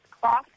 cloth